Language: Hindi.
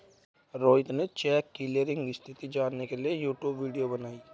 रोहित ने चेक क्लीयरिंग स्थिति जानने के लिए यूट्यूब वीडियो बनाई